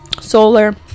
solar